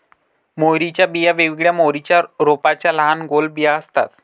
मोहरीच्या बिया वेगवेगळ्या मोहरीच्या रोपांच्या लहान गोल बिया असतात